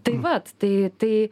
tai vat tai tai